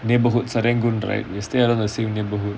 neighbourhood serangoon right we stay around neighbourhood